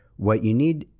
what you need,